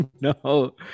no